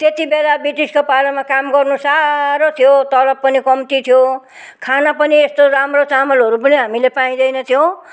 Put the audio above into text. त्यति बेला ब्रिटिसको पालोमा काम गर्नु साह्रो थियो तलब पनि कम्ती थियो खाना पनि यस्तो राम्रो चामलहरू पनि हामीले पाइँदैनथ्यो